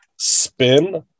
spin